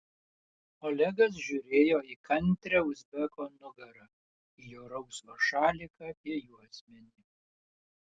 olegas žiūrėjo į kantrią uzbeko nugarą į jo rausvą šaliką apie juosmenį